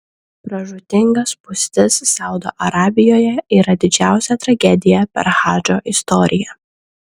pražūtinga spūstis saudo arabijoje yra didžiausia tragedija per hadžo istoriją